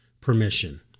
permission